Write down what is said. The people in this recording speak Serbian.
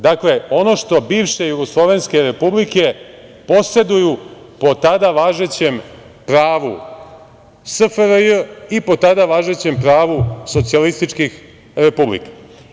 Dakle, ono što bivše jugoslovenske republike poseduju po tada važećem pravo SFRJ i po tada važećem pravu socijalističkih republika.